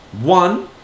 one